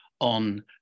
on